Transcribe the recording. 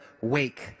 wake